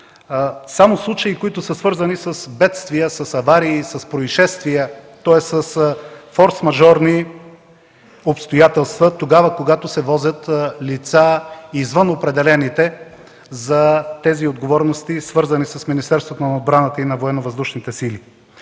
само случаи, свързани с бедствия, аварии и произшествия, тоест с форсмажорни обстоятелства, когато се возят лица извън определените за тези отговорности, свързани с Министерството